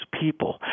people